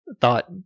thought